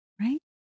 right